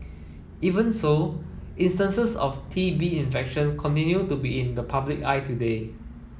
even so instances of T B infection continue to be in the public eye today